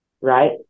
Right